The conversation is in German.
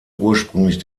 ursprünglich